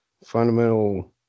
fundamental